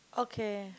okay